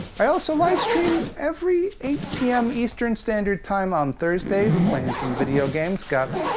i also livestream every eight p m. eastern standard time on thursdays, playing some video games. got.